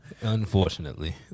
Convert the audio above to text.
Unfortunately